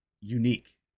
unique